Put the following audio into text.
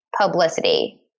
publicity